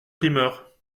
primeurs